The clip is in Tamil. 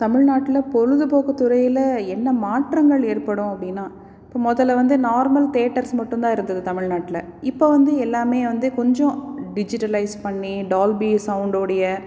தமிழ்நாட்டில் பொழுதுபோக்கு துறையில் என்ன மாற்றங்கள் ஏற்படும் அப்படின்னா இப்போ முதல்ல வந்து நார்மல் தேட்டர்ஸ் மட்டும் தான் இருந்தது தமிழ்நாட்டில் இப்போ வந்து எல்லாம் வந்து கொஞ்சம் டிஜிட்டலைஸ் பண்ணி டால்பி சவுண்டோட